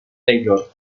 taylor